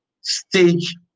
stage